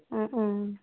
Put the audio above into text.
অঁ অঁ